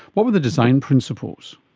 what were the design principles?